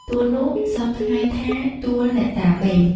ទួលនោះសព្វថ្ងៃថា ទួលអ្នកតាបេង ។